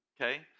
Okay